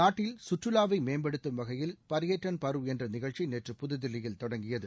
நாட்டில் கற்றுலாவை மேம்படுத்தும் வகையில் பர்யேடன் பர்வ் என்ற நிகழ்ச்சி நேற்று புதுதில்லியில் தொடங்கியது